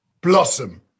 blossom